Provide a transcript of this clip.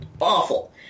awful